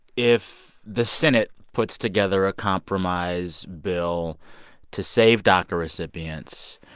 if the senate puts together a compromise bill to save daca recipients,